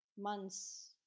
months